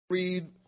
Read